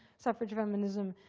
suffrage, feminism,